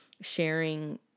sharing